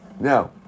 Now